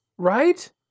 right